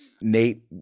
Nate